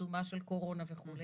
בעיצומה של קורונה וכו',